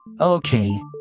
Okay